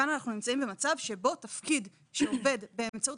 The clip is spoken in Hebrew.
כאן אנחנו נמצאים במצב שבו תפקיד של עובד באמצעות